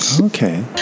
Okay